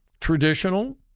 Traditional